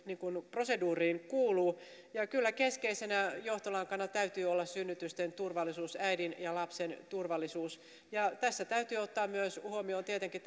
proseduuriin kuuluu ja kyllä keskeisenä johtolankana täytyy olla synnytysten turvallisuus äidin ja lapsen turvallisuus tässä koko kokonaisuudessa täytyy ottaa huomioon tietenkin